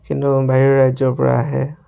কিন্তু বাহিৰৰ ৰাজ্যৰ পৰা আহে